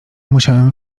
musiałem